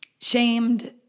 shamed